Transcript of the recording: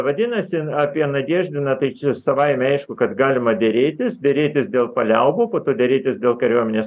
vadinasi apie nadeždiną tai čia savaime aišku kad galima derėtis derėtis dėl paliaubų po to derėtis dėl kariuomenės